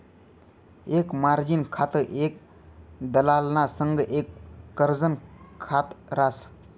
एक मार्जिन खातं एक दलालना संगे एक कर्जनं खात रास